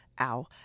ow